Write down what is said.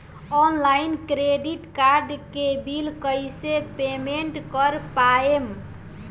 Online credit card के bill कइसे payment कर पाएम?